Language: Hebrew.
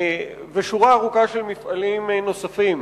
ושורה ארוכה של מפעלים נוספים.